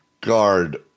guard